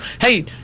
Hey